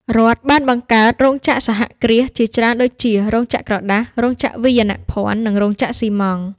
រដ្ឋបានបង្កើតរោងចក្រសហគ្រាសជាច្រើនដូចជា រោងចក្រក្រដាស រោងចក្រវាយនភណ្ឌ និងរោងចក្រស៊ីម៉ងត៍។